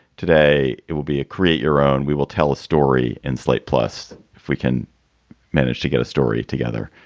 today it will be a create your own. we will tell a story in slate plus if we can manage to get a story together.